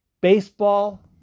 baseball